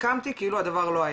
קמתי כאילו הדבר לא היה.